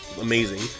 amazing